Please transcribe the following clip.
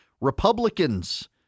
Republicans